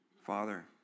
Father